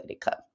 Club